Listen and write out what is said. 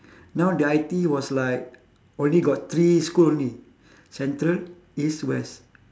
now the I_T_E was like only got three school only central east west